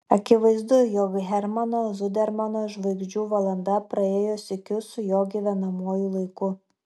akivaizdu jog hermano zudermano žvaigždžių valanda praėjo sykiu su jo gyvenamuoju laiku